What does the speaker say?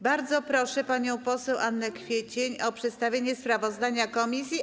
Bardzo proszę panią poseł Annę Kwiecień o przedstawienie sprawozdania komisji.